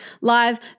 live